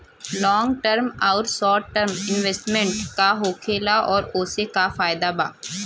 Long term आउर short term investment का होखेला और ओसे का फायदा बा?